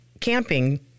camping